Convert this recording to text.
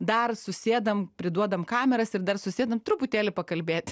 dar susėdam priduodam kameras ir dar susėdam truputėlį pakalbėt